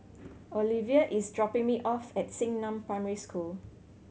Oliva is dropping me off at Xingnan Primary School